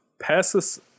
passes